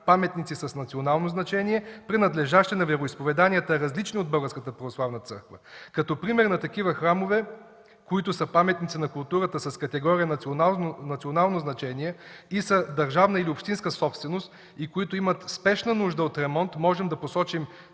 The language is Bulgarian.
паметници с национално значение, принадлежащи на вероизповедания, различни от Българската православна църква? Като пример на такива храмове, които са паметници на културата с категория „национално значение” и са държавна или общинска собственост и които имат спешна нужда от ремонт, можем да посочим